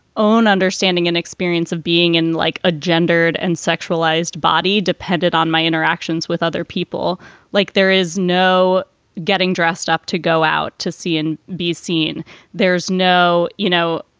own understanding and experience of being in like a gendered and sexualized body depended on my interactions with other people like there is no getting dressed up to go out to see and be seen there's no, you know,